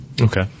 Okay